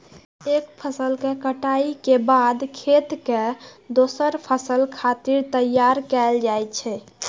एक फसल के कटाइ के बाद खेत कें दोसर फसल खातिर तैयार कैल जाइ छै